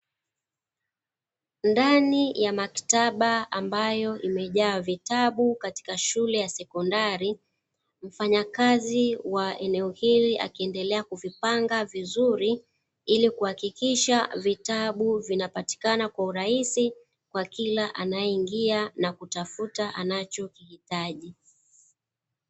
Ndani ya maktaba ambayo imejaa vitabu katika shule ya sekondari, mfanyakazi wa eneo hili akiendelea kuvipanga vizuri, ili kuhakikisha vitabu vinapatikana kwa urahisi, kwa kila anayeingia na kutafuta anachokihitaji.